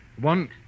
One